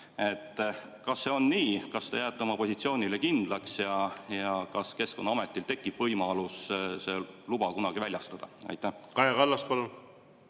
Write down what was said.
Kas see on nii? Kas te jääte oma positsioonile kindlaks? Kas Keskkonnaametil tekib võimalus see luba kunagi väljastada? Aitäh,